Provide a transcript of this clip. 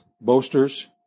boasters